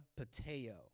pateo